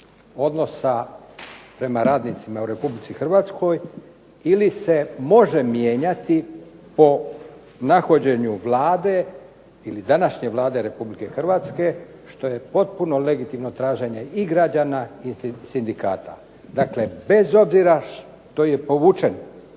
odnosa prema radnicima u RH ili se može mijenjati po nahođenju Vlade ili današnje Vlade RH što je potpuno legitimno traženje i građana i sindikata. Dakle, bez obzira što je povučen